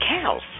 cows